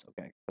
Okay